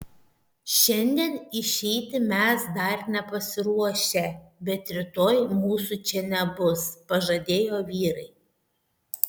šiandien išeiti mes dar nepasiruošę bet rytoj mūsų čia nebus pažadėjo vyrai